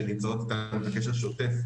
שנמצאות איתנו בקשר שוטף,